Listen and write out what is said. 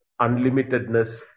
unlimitedness